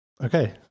Okay